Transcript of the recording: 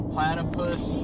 Platypus